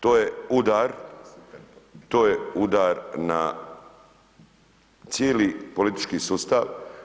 To je udar, to je udar na cijeli politički sustav.